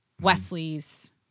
Wesley's